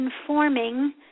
informing